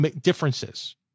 differences